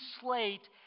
slate